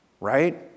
right